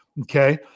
Okay